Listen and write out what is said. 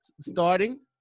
starting